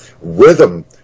rhythm